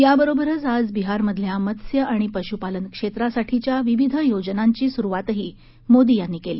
याबरोबरच आज बिहार मधल्या मत्स्य आणि पश्पालन क्षेत्रासाठीच्या विविध योजनांची सुरुवातही मोदी यांनी केली